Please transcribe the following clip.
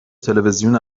تلویزیون